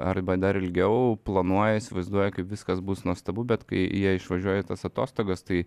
arba dar ilgiau planuoja įsivaizduoja kaip viskas bus nuostabu bet kai jie išvažiuoja į tas atostogas tai